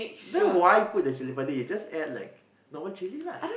then why put the chilli-padi just add like normal chilli lah